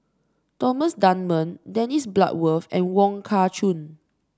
Thomas Dunman Dennis Bloodworth and Wong Kah Chun